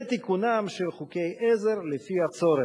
ותיקונם של חוקי העזר לפי הצורך.